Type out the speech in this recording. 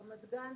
רמת גן,